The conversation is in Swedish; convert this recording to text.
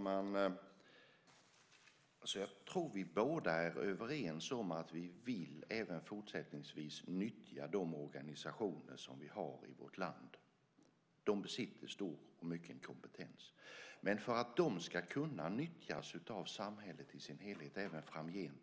Fru talman! Jag tror att vi båda är överens om att vi även fortsättningsvis vill nyttja de organisationer som vi har i vårt land. De besitter stor och mycken kompetens, men för att de ska kunna nyttjas av samhället i sin helhet även framgent